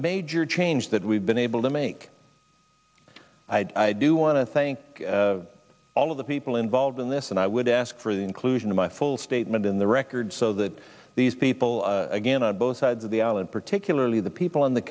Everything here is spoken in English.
major change that we've been able to make i do want to thank all of the people involved in this and i would ask for the inclusion of my full statement in the record so that these people again on both sides of the aisle and particularly the people on the